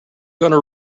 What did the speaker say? gonna